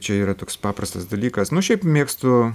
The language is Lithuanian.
čia yra toks paprastas dalykas nu šiaip mėgstu